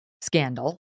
scandal